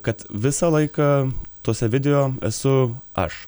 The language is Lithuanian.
kad visą laiką tose video esu aš